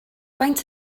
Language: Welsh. faint